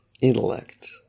intellect